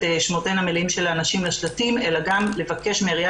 שמותיהן המלאים של הנשים לשלטים אלא גם לבקש מהעירייה